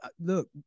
look